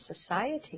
society